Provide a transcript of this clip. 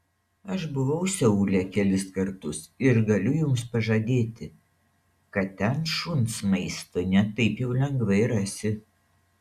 aš buvau seule kelis kartus ir galiu jums pažadėti kad ten šuns maisto ne taip jau lengvai rasi